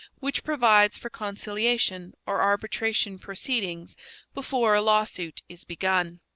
which provides for conciliation or arbitration proceedings before a lawsuit is begun.